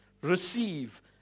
receive